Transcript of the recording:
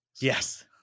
Yes